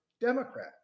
Democrat